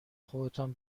خودتان